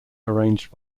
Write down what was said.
arranged